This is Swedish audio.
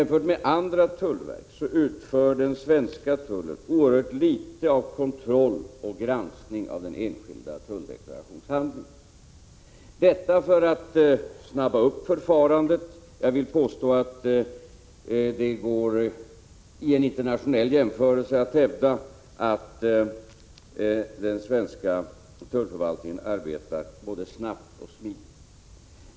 Jämfört med andra tullverk utför den svenska tullen oerhört litet av kontroll och granskning av den enskilda tulldeklarationshandlingen — detta för att snabba upp förfarandet. Jag vill påstå att den svenska tullförvaltningen internationellt sett arbetar både snabbt och smidigt.